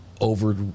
Over